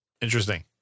Interesting